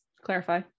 Clarify